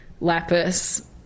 lapis